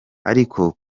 ariko